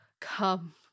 Come